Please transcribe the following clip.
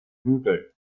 hügel